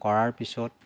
কৰাৰ পিছত